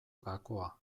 gakoa